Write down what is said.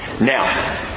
Now